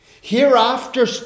Hereafter